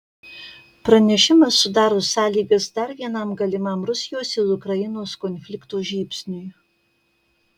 pranešimas sudaro sąlygas dar vienam galimam rusijos ir ukrainos konflikto žybsniui